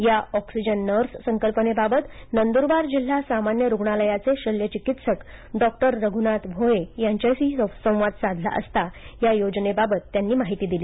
या oxygen nurse संकल्पनेबाबत नंदुरबार जिल्हा सामान्य रुग्णालयाचे शल्य चिकित्सक डॉ रघुनाथ भोये यांच्याशी संवाद साधला असता या योजनेबाबत त्यांनी माहिती दिली